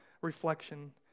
reflection